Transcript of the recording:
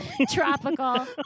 Tropical